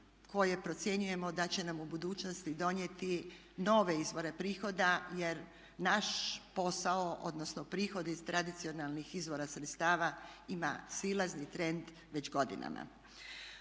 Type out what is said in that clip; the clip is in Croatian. koje procjenjujemo da će nam u budućnosti donijeti nove izvore prihoda jer naš posao, odnosno prihodi iz tradicionalnih izvora sredstava ima silazni trend već godinama.